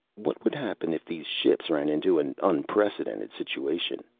what would happen if these ships ran into an unprecedented situation?